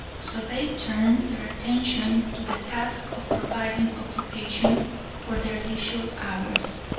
so they turned their attention to the task of providing occupation for their leisure hours,